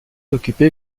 occupé